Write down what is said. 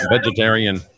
Vegetarian